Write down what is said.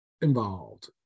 involved